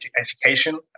education